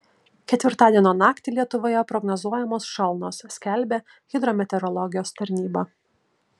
ketvirtadienio naktį lietuvoje prognozuojamos šalnos skelbia hidrometeorologijos tarnyba